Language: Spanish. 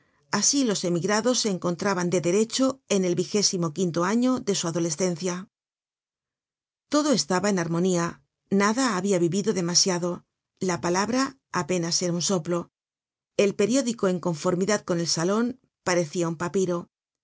asi los emigrados se encontraban de derecho en el vigésimo quinto año de su adolescencia content from google book search generated at todo estaba en armonía nada habia vivido demasiado la palabra apenas era un soplo el periódico en conformidad con el salon parecia un papiro